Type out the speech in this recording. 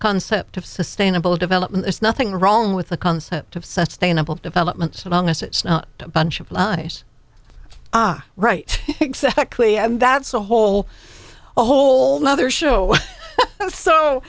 concept of sustainable development there's nothing wrong with the concept of such they enable development so long as it's not a bunch of lies right exactly and that's a whole a whole nother show so